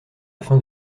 afin